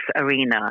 arena